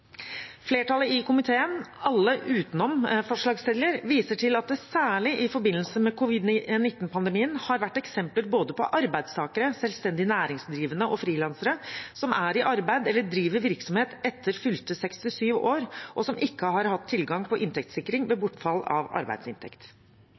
Flertallet i komiteen, alle utenom forslagsstillerne, viser til at det særlig i forbindelse med covid-19-pandemien har vært eksempler både på arbeidstakere, selvstendig næringsdrivende og frilansere som er i arbeid eller driver virksomhet etter fylte 67 år, og som ikke har hatt tilgang på inntektssikring ved